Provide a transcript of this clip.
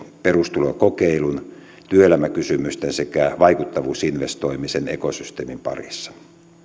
perustulokokeilun työelämäkysymysten sekä vaikuttavuusinvestoimisen ekosysteemin parissa